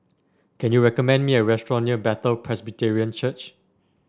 can you recommend me a restaurant near Bethel Presbyterian Church